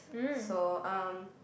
so um